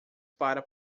para